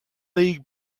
league